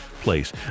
place